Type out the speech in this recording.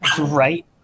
Right